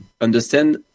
understand